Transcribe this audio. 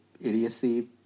idiocy